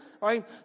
Right